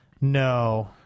No